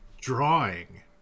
drawing